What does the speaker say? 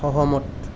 সহমত